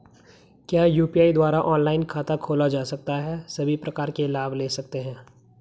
क्या यु.पी.आई द्वारा ऑनलाइन खाता खोला जा सकता है सभी प्रकार के लाभ ले सकते हैं?